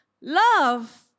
Love